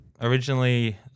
originally